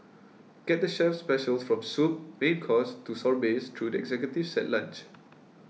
get the chef's specials from soup main course to sorbets through the Executive set lunch